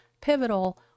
pivotal